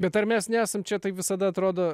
bet ar mes nesam čia tai visada atrodo